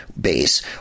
base